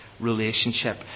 relationship